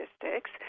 statistics